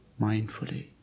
mindfully